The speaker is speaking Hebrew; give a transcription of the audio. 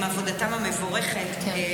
עם עבודתם המבורכת,